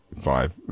five